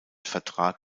vertrag